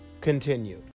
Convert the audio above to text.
continued